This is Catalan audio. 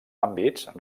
àmbits